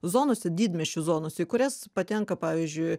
zonose didmiesčių zonose į kurias patenka pavyzdžiui